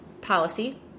policy